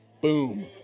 Boom